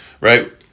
Right